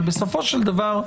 אבל בסופו של דבר,